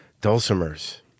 dulcimers